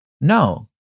No